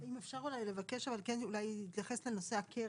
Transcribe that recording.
אם אפשר אולי לבקש להתייחס לנושא הקרן,